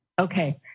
Okay